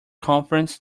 conference